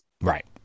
Right